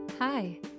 Hi